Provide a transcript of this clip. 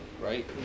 right